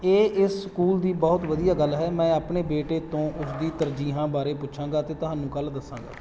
ਇਹ ਇਸ ਸਕੂਲ ਦੀ ਬਹੁਤ ਵਧੀਆ ਗੱਲ ਹੈ ਮੈਂ ਆਪਣੇ ਬੇਟੇ ਤੋਂ ਉਸਦੀ ਤਰਜੀਹਾਂ ਬਾਰੇ ਪੁੱਛਾਂਗਾ ਅਤੇ ਤੁਹਾਨੂੰ ਕੱਲ੍ਹ ਦੱਸਾਂਗਾ